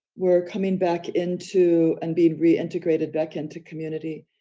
were coming back into and being reintegrated back into community.